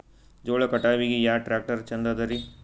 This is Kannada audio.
ಜೋಳ ಕಟಾವಿಗಿ ಯಾ ಟ್ಯ್ರಾಕ್ಟರ ಛಂದದರಿ?